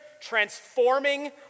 transforming